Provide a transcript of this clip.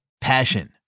Passion